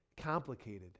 complicated